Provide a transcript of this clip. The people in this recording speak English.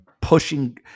pushing